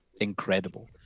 incredible